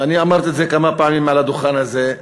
ואני אמרתי את זה כמה פעמים מעל הדוכן הזה,